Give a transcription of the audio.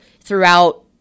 throughout